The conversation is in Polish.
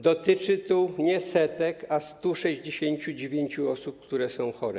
Dotyczy to nie setek, a 169 osób, które są chore.